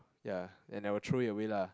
ya and I will throw it away lah